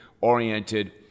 oriented